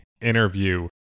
interview